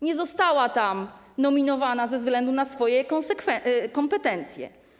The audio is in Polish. Nie została tam nominowana ze względu na swoje kompetencje.